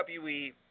WWE